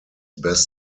best